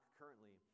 currently